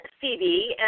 Phoebe